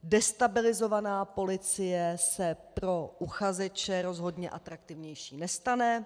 Destabilizovaná policie se pro uchazeče rozhodně atraktivnější nestane.